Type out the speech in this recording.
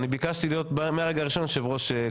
אני ביקשתי מהרגע הראשון יושב-ראש קואליציה.